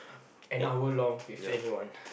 an hour long with anyone